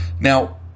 Now